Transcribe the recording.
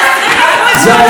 זה עובר ככה?